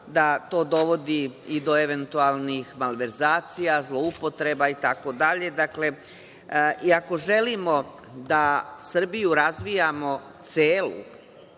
da to dovodi i do, eventualnih, malverzacija, zloupotreba itd. Ako želimo da Srbiju razvijamo celu,